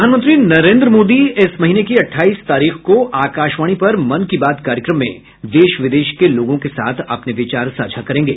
प्रधानमंत्री नरेन्द्र मोदी इस महीने की अट्ठाईस तारीख को आकाशवाणी पर मन की बात कार्यक्रम में देश विदेश के लोगों के साथ अपने विचार साझा करेंगे